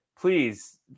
please